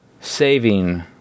saving